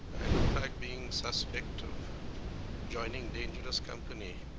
i look like being suspect of joining dangerous company,